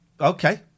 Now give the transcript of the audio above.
Okay